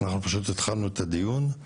אנחנו פשוט התחלנו את הדיון.